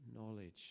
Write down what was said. knowledge